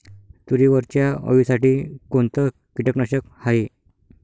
तुरीवरच्या अळीसाठी कोनतं कीटकनाशक हाये?